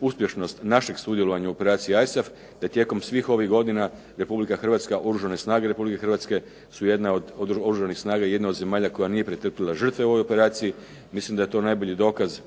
uspješnost našeg sudjelovanja u operaciji ISAF da tijekom svih ovih godina Republika Hrvatska, Oružane snage Republike Hrvatske su jedna od oružanih snaga jedna od zemalja koja nije pretrpila žrtve u ovoj operaciji. Mislim da je to najbolji dokaz